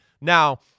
Now